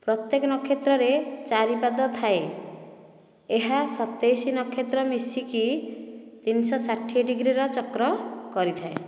ପ୍ରତ୍ୟେକ ନକ୍ଷେତ୍ରରେ ଚାରି ପାଦ ଥାଏ ଏହା ସତେଇଶ ନକ୍ଷେତ୍ର ମିଶିକି ତିନିଶହ ଷାଠିଏ ଡିଗ୍ରୀର ଚକ୍ର କରିଥାଏ